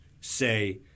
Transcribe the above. say